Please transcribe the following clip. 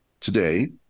Today